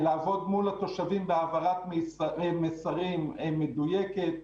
לעבוד מול התושבים בהעברת מסרים מדויקת.